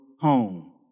home